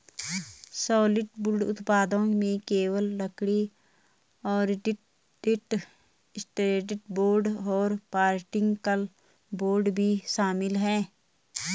solid wood उत्पादों में केवल लकड़ी, ओरिएंटेड स्ट्रैंड बोर्ड और पार्टिकल बोर्ड भी शामिल है